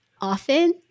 often